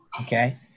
Okay